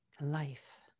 life